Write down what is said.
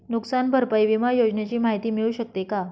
नुकसान भरपाई विमा योजनेची माहिती मिळू शकते का?